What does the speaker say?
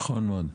נכון מאוד.